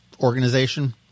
organization